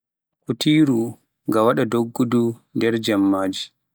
Kutiru, ngawada dogdu nder jemmaji